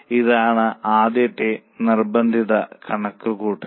ഇതാണ് ആദ്യത്തെ നിർബന്ധിത കണക്കുകൂട്ടൽ